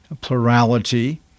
plurality